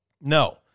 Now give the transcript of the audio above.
no